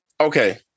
okay